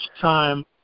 time